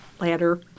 ladder